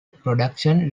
production